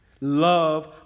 love